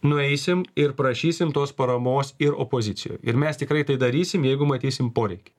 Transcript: nueisim ir prašysim tos paramos ir opozicijoj ir mes tikrai tai darysim jeigu matysim poreikį